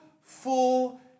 full